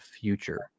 future